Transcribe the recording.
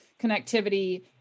connectivity